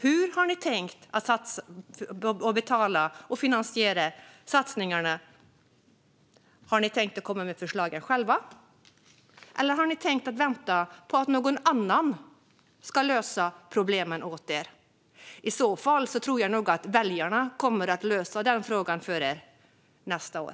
Hur har ni tänkt att betala och finansiera satsningarna? Har ni tänkt komma med förslagen själva, eller har ni tänkt vänta på att någon annan ska lösa problemen åt er? I så fall tror jag nog att väljarna kommer att lösa den frågan åt er nästa år.